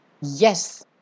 Yes